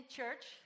church